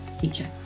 teacher